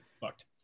Fucked